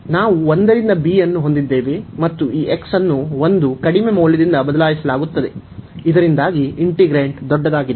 ನಾವು 1 ರಿಂದ b ಅನ್ನು ಹೊಂದಿದ್ದೇವೆ ಮತ್ತು ಈ x ಅನ್ನು 1 ಕಡಿಮೆ ಮೌಲ್ಯದಿಂದ ಬದಲಾಯಿಸಲಾಗುತ್ತದೆ ಇದರಿಂದಾಗಿ ಇಂಟಿಗ್ರೇಂಟ್ ದೊಡ್ಡದಾಗಿದೆ